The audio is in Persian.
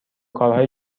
کارهای